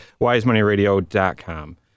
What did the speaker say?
wisemoneyradio.com